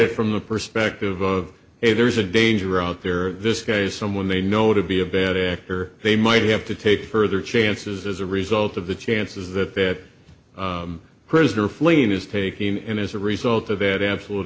it from the perspective of if there's a danger out there this guy is someone they know to be a bad actor they might have to take further chances as a result of the chances that that prisoner fleeing is taking him as a result of it absolute